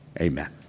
Amen